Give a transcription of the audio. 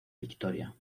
victoria